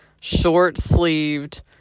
short-sleeved